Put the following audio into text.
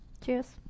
Cheers